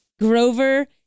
Grover